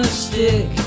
stick